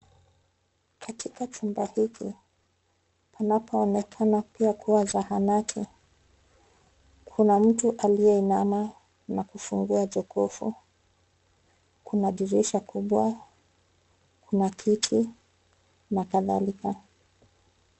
Katika chumba hiki, panapoonekana pia kuwa zahanati, kuna mtu aliyeinama na kufungua jokofu. Kuna dirisha kubwa, kuna kiti na kadhalika.